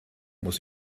muss